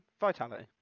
Vitality